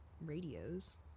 radios